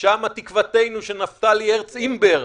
שם תקוותנו של נפתלי הרץ אימבר,